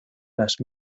las